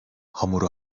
hamuru